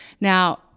Now